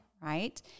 right